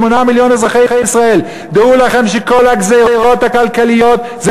8 מיליון אזרחי ישראל: דעו לכם שכל הגזירות הכלכליות זה